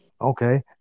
Okay